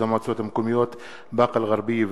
המועצות המקומיות באקה-אל-ע'רביה וג'ת),